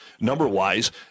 number-wise